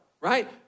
right